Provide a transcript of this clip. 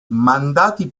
mandati